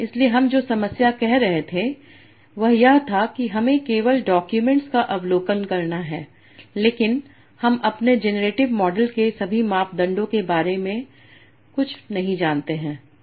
इसलिए हम जो समस्या कह रहे थे वह यह था कि हमें केवल डाक्यूमेंट्स का अवलोकन करना है लेकिन हम अपने जेनेरेटिव मॉडल के सभी मापदंडों के बारे में कुछ नहीं जानते हैं